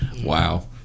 Wow